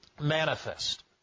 manifest